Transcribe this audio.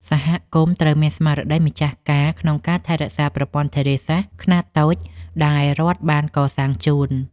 សហគមន៍ត្រូវមានស្មារតីម្ចាស់ការក្នុងការថែរក្សាប្រព័ន្ធធារាសាស្ត្រខ្នាតតូចដែលរដ្ឋបានកសាងជូន។